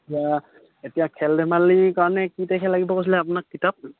এতিয়া এতিয়া খেল ধেমালিৰ কাৰণে কি তাৰিখে লাগিব কৈছিলে আপোনাক কিতাপ